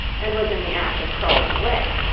and was in the act of crawling away